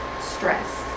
stress